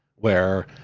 where,